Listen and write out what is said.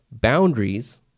boundaries